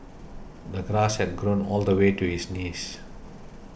the grass had grown all the way to his knees